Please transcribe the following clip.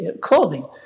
clothing